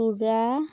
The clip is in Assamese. তুৰা